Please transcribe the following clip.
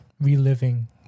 reliving